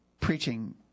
preaching